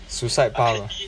suicide path ah